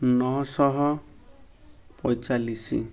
ନଅଶହ ପଇଁଚାଳିଶି